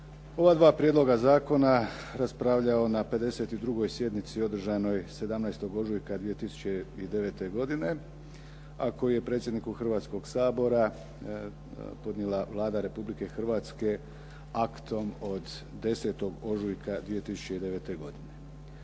ova dva prijedloga zakona raspravljao na 52. sjednici održanoj 17. ožujka 2009. godine, a koji je predsjedniku Hrvatskog sabora podnijela Vlada Republike Hrvatske aktom od 10. ožujka 2009. godine.